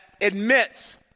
admits